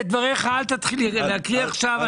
אל תתחיל להקריא עכשיו.